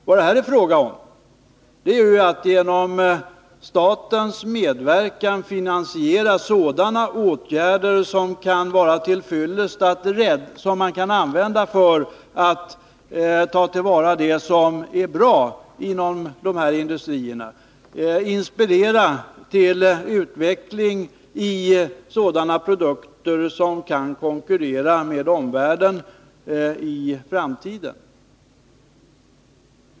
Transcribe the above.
Vad det här är fråga om är att genom statens medverkan finansiera sådana åtgärder som kan vara till fyllest när man skall ta till vara det som är bra inom dessa industrier och att inspirera till utveckling av sådana produkter som kan konkurrera med omvärldens i framtiden.